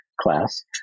class